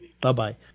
Bye-bye